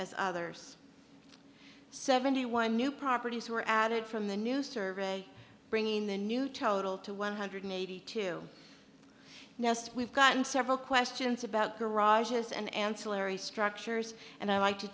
as others seventy one new properties were added from the new survey bringing the new total to one hundred eighty two now we've gotten several questions about garages and ancillary structures and i